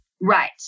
Right